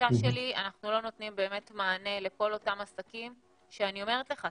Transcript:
בתחושה שלי אנחנו לא נותנים באמת מענה לכל אותם עסקים שאני אומרת לך,